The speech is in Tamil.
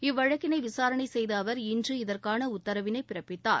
இவ்வழக்கினை விசாரணை செய்த அவர் இன்று இதற்கான உத்தரவினை பிறப்பித்தார்